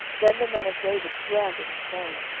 then the men of david sware unto him, saying,